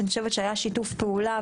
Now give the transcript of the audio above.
אני חושבת שהיה שיתוף פעולה,